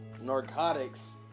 narcotics